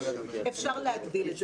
אפשר להגדיל את זה.